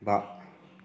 बा